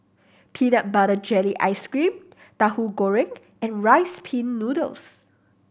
peanut butter jelly ice cream Tahu Goreng and Rice Pin Noodles